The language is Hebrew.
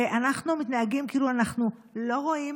ואנחנו מתנהגים כאילו אנחנו לא רואים,